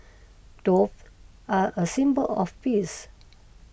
dove are a symbol of peace